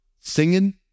singing